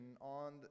on